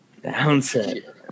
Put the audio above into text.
downset